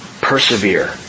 persevere